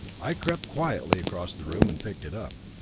i crept quietly across the room and picked it up.